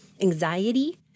anxiety